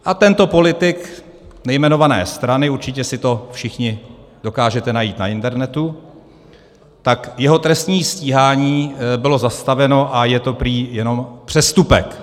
A tento politik nejmenované strany určitě si to všichni dokážete najít na internetu tak jeho trestní stíhání bylo zastaveno a je to prý jenom přestupek.